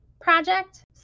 project